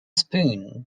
spoon